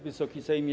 Wysoki Sejmie!